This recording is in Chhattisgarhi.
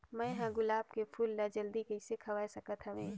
मैं ह गुलाब के फूल ला जल्दी कइसे खवाय सकथ हवे?